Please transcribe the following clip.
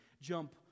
jump